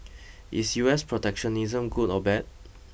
is U S protectionism good or bad